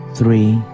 three